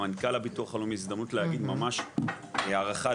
עם מנכ"ל הביטוח הלאומי זו הזדמנות להביע הערכה על